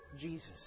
Jesus